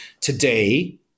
today